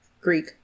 Greek